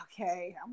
okay